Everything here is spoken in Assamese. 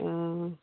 অঁ